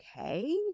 okay